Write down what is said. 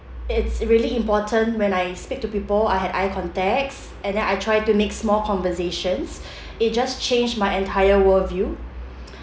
it's really important when I speak to people I had eye contacts and then I tried to make small conversations it just changed my entire world view